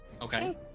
Okay